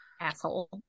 asshole